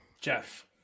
Jeff